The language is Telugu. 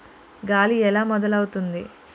గాలి ఎలా మొదలవుతుంది?